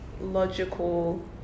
logical